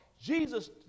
Jesus